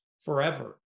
forever